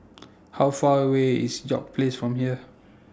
How Far away IS York Place from here